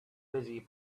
busy